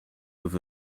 with